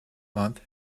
month